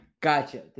Gotcha